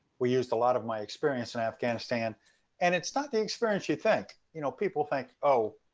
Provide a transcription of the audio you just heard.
we used a lot of my experience in afghanistan and it's not the experience you think. you know, people think, oh,